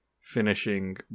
finishing